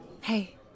Hey